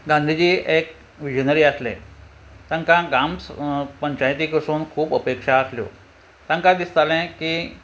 गांधीजी एक विजीनरी आसले तांकां ग्राम पंचायती कडसून खूब अपेक्षा आसल्यो तांकां दिसतालें की